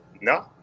no